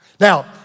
Now